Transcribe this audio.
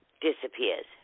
disappears